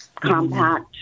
compact